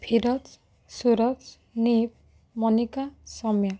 ଫିରତ ସୁରଜ ନିପ ମନିକା ସମୀର